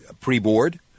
pre-board